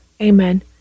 amen